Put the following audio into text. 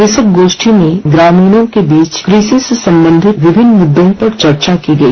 कृषक गोष्ठी में ग्रामीणों के बीच कृषि से सम्बंधित विभिन्न मुद्दों पर चर्चा की गई